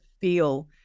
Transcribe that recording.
feel